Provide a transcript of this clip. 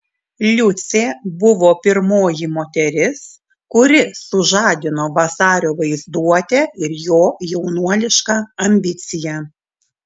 liucė buvo pirmoji moteris kuri sužadino vasario vaizduotę ir jo jaunuolišką ambiciją